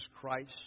Christ